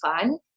fun